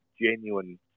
genuine